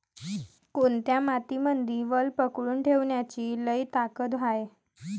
कोनत्या मातीमंदी वल पकडून ठेवण्याची लई ताकद हाये?